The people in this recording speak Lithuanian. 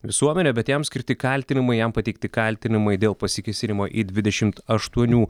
visuomenę bet jam skirti kaltinimai jam pateikti kaltinimai dėl pasikėsinimo į dvidešimt aštuonių